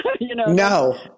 No